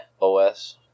OS